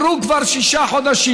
כבר עברו שישה חודשים.